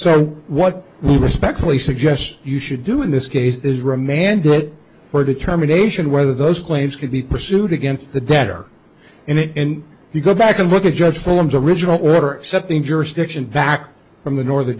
so what we respectfully suggest you should do in this case is remanded it for a determination whether those claims could be pursued against the debtor in you go back and look at judge forms original or accepting jurisdiction back from the northern